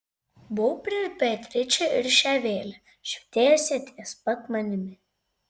buvau prieš beatričę ir šią vėlę švytėjusią ties pat manimi